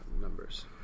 numbers